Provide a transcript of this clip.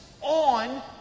on